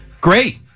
Great